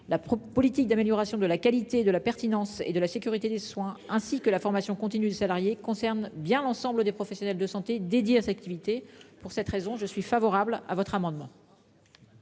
La politique d'amélioration de la qualité de la pertinence et de la sécurité des soins, ainsi que la formation continue de salariés concerne bien l'ensemble des professionnels de santé dédiée aux activités pour cette raison, je suis favorable à votre amendement.